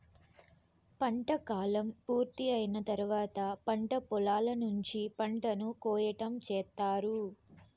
పంట కాలం పూర్తి అయిన తర్వాత పంట పొలాల నుంచి పంటను కోయటం చేత్తారు